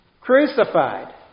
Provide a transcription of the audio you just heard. Crucified